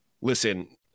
listen